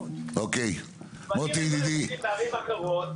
ולערים אחרות